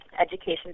education